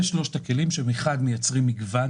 אלה שלושת הכלים שמייצרים מגוון.